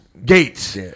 Gates